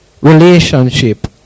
relationship